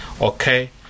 okay